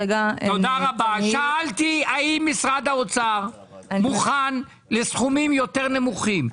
שאלתי האם משרד האוצר מוכן לסכומים יותר נמוכים?